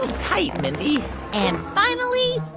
tight, mindy and finally,